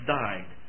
died